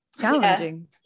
challenging